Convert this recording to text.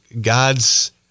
God's